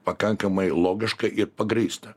pakankamai logiška ir pagrįsta